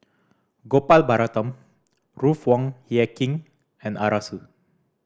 Gopal Baratham Ruth Wong Hie King and Arasu